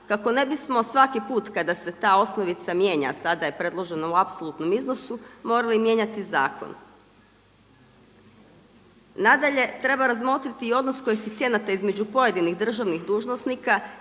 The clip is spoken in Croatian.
kako ne bismo svaki put kada se ta osnovica mijenja sada je predloženo u apsolutnom iznosu morali mijenjati zakon. Nadalje treba razmotriti i odnos koeficijenata između pojedinih državnih dužnosnika